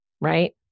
Right